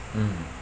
mm